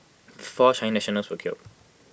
four Chinese nationals were killed